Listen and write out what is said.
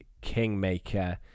kingmaker